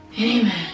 Amen